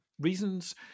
reasons